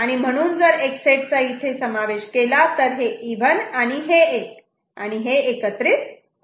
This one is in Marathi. आणि म्हणून जर X8 चा इथे समावेश केला तर हे इव्हन आणि हे 1 आणि हे एकत्रित ऑड होईल